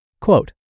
Quote